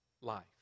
life